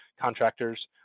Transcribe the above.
contractors